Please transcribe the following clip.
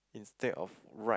instead of right